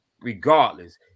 regardless